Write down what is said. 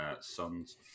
son's